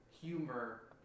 humor